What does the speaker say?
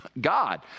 God